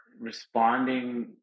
responding